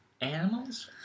animals